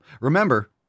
Remember